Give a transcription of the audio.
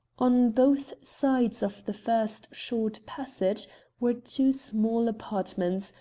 on both sides of the first short passage were two small apartments,